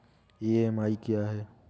EMI क्या है?